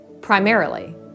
primarily